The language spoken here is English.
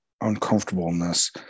uncomfortableness